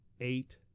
eight